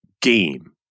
game